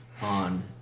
on